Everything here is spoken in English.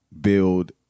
build